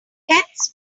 heads